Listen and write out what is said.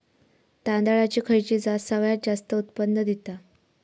तांदळाची खयची जात सगळयात जास्त उत्पन्न दिता?